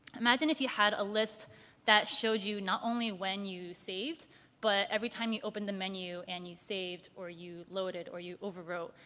imagine if you had a list that showed you not only when you saved but every time you opened the menu or and you saved or you loaded or you overwrote.